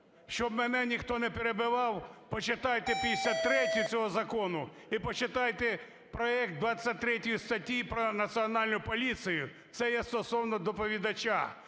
Щоб мене ніхто не перебивав, почитайте 53-ю цього закону і почитайте проект 23 статті про Національну поліцію. Це я стосовно доповідача.